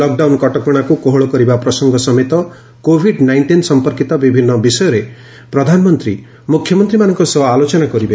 lockdown କଟକଣାକୁ କୋହଳ କରିବା ପ୍ରସଙ୍ଗ ସମେତ କୋଭିଡ୍ ନାଇଣ୍ଟିନ୍ ସମ୍ପର୍କୀତ ବିଭିନ୍ନ ବିଷୟରେ ପ୍ରଧାନମନ୍ତ୍ରୀ ମୁଖ୍ୟମନ୍ତ୍ରୀମାନଙ୍କ ସହ ଆଲୋଚନା କରିବେ